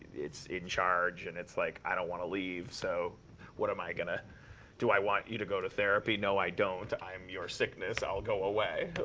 it's in charge, and it's like, i don't want to leave. so what am i going to do i want you to go to therapy? no, i don't. i am your sickness. i'll go away.